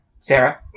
Sarah